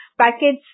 Package